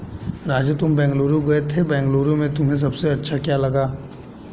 राजू तुम बेंगलुरु गए थे बेंगलुरु में तुम्हें सबसे अच्छा क्या लगा?